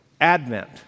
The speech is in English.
Advent